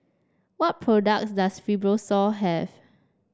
what products does Fibrosol have